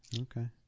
Okay